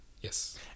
yes